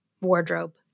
wardrobe